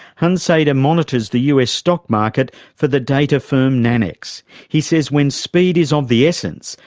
hunsader monitors the us stock market for the data firm nanex. he says when speed is of the essence,